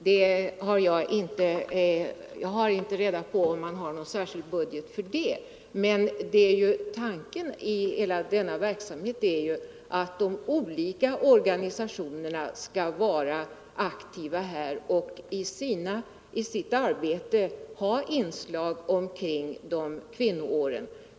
Herr talman! Jag har inte reda på om man har någon särskild budget för det. Tanken bakom hela denna verksamhet är emellertid att i första hand de olika organisationerna skall vara aktiva och i sitt arbete ha inslag omkring kvinnoåret.